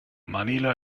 manila